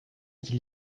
qu’il